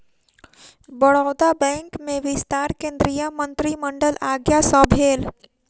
Baroda bank में विस्तार केंद्रीय मंत्रिमंडलक आज्ञा सँ भेल